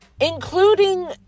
including